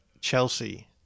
Chelsea